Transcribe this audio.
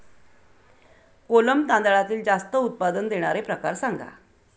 कोलम तांदळातील जास्त उत्पादन देणारे प्रकार सांगा